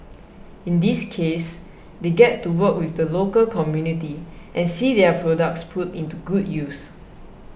in this case they get to work with the local community and see their products put into good use